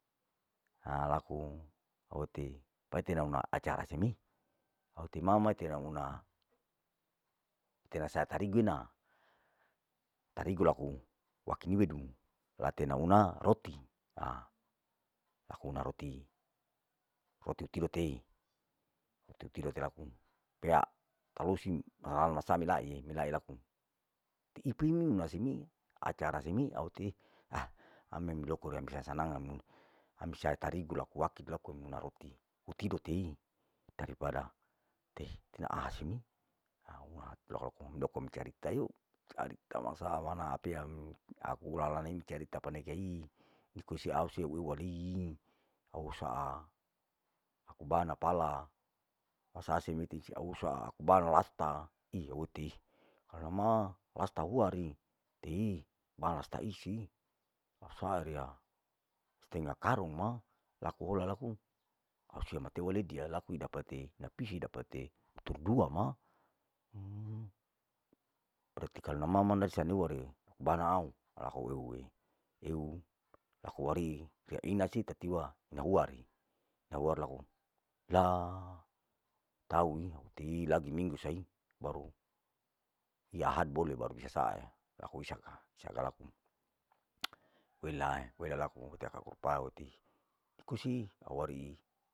Alaku au ete pete nama acara seme, au ete mama ete na una ete rasa tarigu ena tarigu laku wakini wedu, la tena una roti, aku una roti, roti utire tei, roti utira tera pea tarusi hal masa lae, milae laku roti ipiu una seme acara seme au te ami loko riya mu sasanang ami, ami saa tarigu laku akid laku muna roti utido tei, daripada tehi ina aha seme au una loho loko mi cari taio, carita masawana hp amu, aku lala nehi mi carita paneke hi, ikosi au si waii, au saa bana pala saase mete tisiu au usaa aku bana lasta, ihho tehi ana ma lasta huari, tei pa lastari sei saa riya, stenga karong ma laku ola laku musia matei wadia laku udapate pisie dapate huturdua ma, berarti kalu mama na saneware banau aku uleue, uleu aku warii sia ina siu tatiwa ina huari, au uar laku laha itaue tei lagi minggu sai baru iahad bole baru bisae aku isaka isaka welae wela laku utia kau paudi iko siu awarihi.